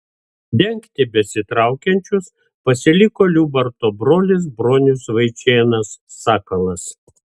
dengti besitraukiančius pasiliko liubarto brolis bronius vaičėnas sakalas